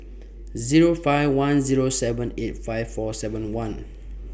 Zero five one Zero seven eight five four seven one